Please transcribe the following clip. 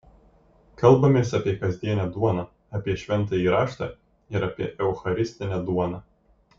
kalbamės apie kasdienę duoną apie šventąjį raštą ir apie eucharistinę duoną